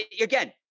again